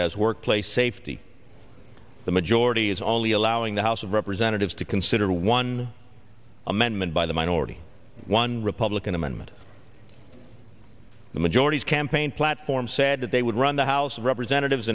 as workplace safety the majority is only allowing the house of representatives to consider one amendment by the minority one republican amendment the majority's campaign platform said that they would run the house of representatives